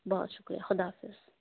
بہت شُکریہ خدا حافظ